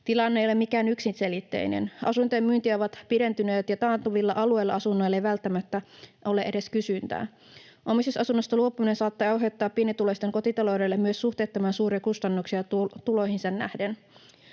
Tilanne ei ole mikään yksiselitteinen. Asuntojen myyntiajat ovat pidentyneet, ja taantuvilla alueilla asunnoille ei välttämättä ole edes kysyntää. Omistusasunnosta luopuminen saattaa aiheuttaa pienituloisten kotitaloudelle myös suhteettoman suuria kustannuksia tuloihinsa nähden.